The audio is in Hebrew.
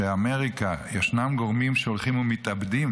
שבאמריקה ישנם גורמים שהולכים ומתאבדים,